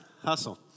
Hustle